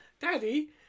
daddy